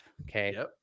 Okay